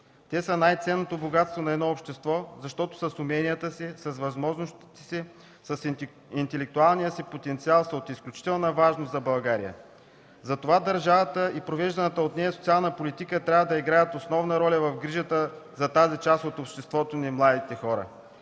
Те са най-ценното богатство на едно общество, защото с уменията си, с възможностите си, с интелектуалния си потенциал са от изключителна важност за България. Затова държавата и провежданата от нея социална политика трябва да играят основна роля в грижата за тази част от обществото и младите хора,